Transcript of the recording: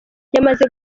yamaze